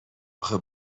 آخه